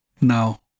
now